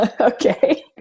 okay